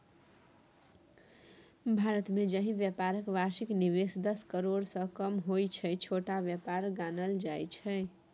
भारतमे जाहि बेपारक बार्षिक निबेश दस करोड़सँ कम होइ छै छोट बेपार गानल जाइ छै